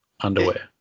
underwear